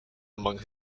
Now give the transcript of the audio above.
among